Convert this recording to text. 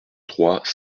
trois